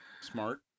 smart